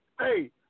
Hey